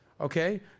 okay